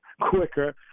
quicker